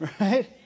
Right